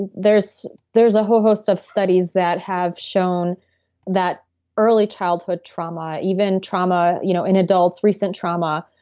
and there's there's a whole host of studies that have shown that early childhood trauma, even trauma you know in adults, recent trauma,